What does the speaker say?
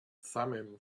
thummim